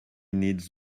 needs